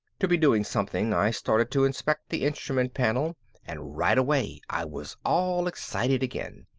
to be doing something i started to inspect the instrument panel and right away i was all excited again.